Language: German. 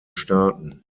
staaten